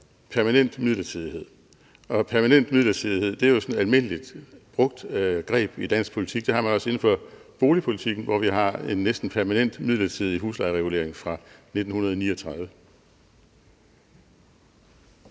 permanent midlertidighed. Permanent midlertidighed er jo sådan et almindeligt brugt greb i dansk politik. Det har man også inden for boligpolitikken, hvor vi har en næsten permanent midlertidig huslejeregulering fra 1939.